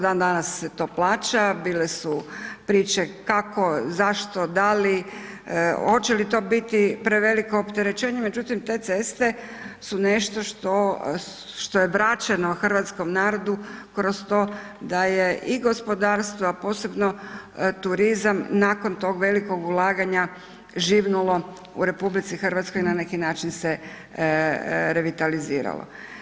Dan danas se to plaća, bile su priče kako, zašto, da li, hoće li to biti preveliko opterećenje, međutim, te ceste su nešto što je vraćeno hrvatskom narodu kroz to da je i gospodarstvo, a posebno turizam nakon tog velikog ulaganja živnulo u RH, na neki način se revitaliziralo.